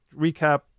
recap